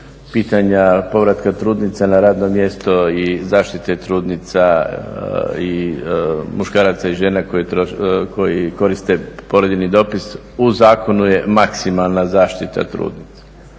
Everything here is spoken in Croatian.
pitanja povratka trudnica na radno mjesto i zaštite trudnica i muškaraca i djeca koji koriste porodiljni dopust. U Zakonu je maksimalna zaštita trudnica.